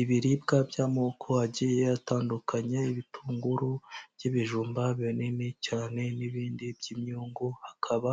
Ibiribwa by'amoko agiye atandukanya ibitunguru by'ibijumba binini cyane n'ibindi by'imyungu hakaba